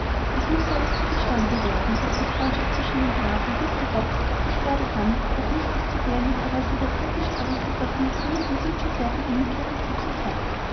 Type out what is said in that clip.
es muß leider zugestanden werden daß die freundschaft zwischen dem grafen und mr hobbs sich vor der hand noch nicht bis zu der im interesse der britischen aristokratie dringend wünschenswerten innigkeit entwickelt hatte